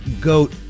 Goat